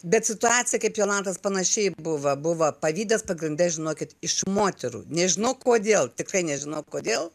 bet situacija kaip jolantos panašiai buvo buvo pavydas pagrinde žinokit iš moterų nežinau kodėl tikrai nežinau kodėl